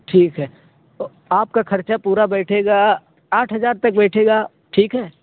ٹھیک ہے تو آپ کا خرچہ پورا بیٹھے گا آٹھ ہزار تک بیٹھے گا ٹھیک ہے